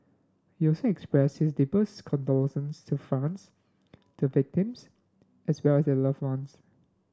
he also expressed his deepest condolences to France the victims as well as their loved ones